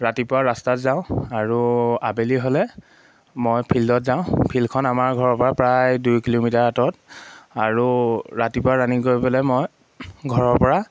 ৰাতিপুৱা ৰাস্তাত যাওঁ আৰু আবেলি হ'লে মই ফিল্ডত যাওঁ ফিল্ডখন আমাৰ ঘৰৰ পৰা প্ৰায় দুই কিলোমিটাৰ আঁতৰত আৰু ৰাতিপুৱা ৰানিং কৰিবলৈ মই ঘৰৰ পৰা